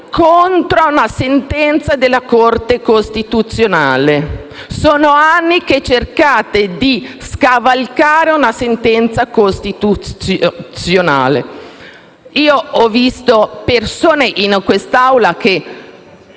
contro la sentenza della Corte costituzionale; sono anni che cercate di scavalcare una sentenza costituzionale. Vedo persone in quest'Aula che